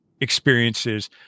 experiences